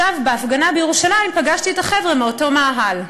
בהפגנה בירושלים פגשתי את החבר'ה מאותו מאהל.